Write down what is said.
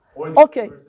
Okay